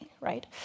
right